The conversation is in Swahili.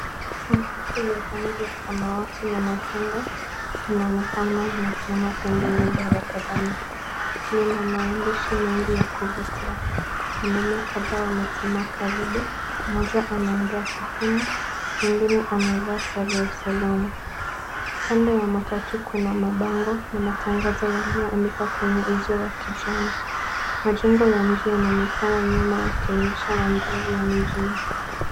Matatu ya rangi ya samawati na machungwa inaonekana imesimama pembeni mwa barabara. Inaonekana ina maandishi mengi ya kuvutia. Wanaume kadhaa wamesimama karibu, mmoja anaongea Kwa simu. Mwingine amevaa sare ya usalama. Kando ya matatu kuna mabango ya matangazo yaliyoandikwa kwenye uzio wa kijani. Majengo ya mji yanaonekana nyuma yakionyesha mandhari ya mjini.